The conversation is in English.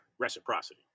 reciprocity